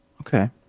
Okay